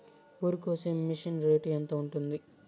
వరికోసే machine rate ఎంత ఉంటుంది?